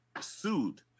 sued